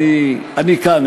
אני כאן,